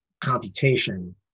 computation